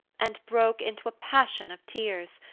and broke into a passion of tears,